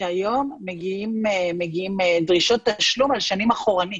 שהיום מגיעות דרישות תשלום על שנים אחורנית.